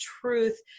truth